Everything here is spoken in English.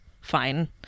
fine